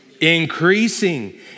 Increasing